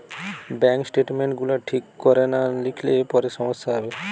bank statement গুলা ঠিক কোরে না লিখলে পরে সমস্যা হবে